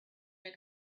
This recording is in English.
were